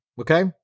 okay